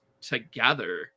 together